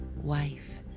wife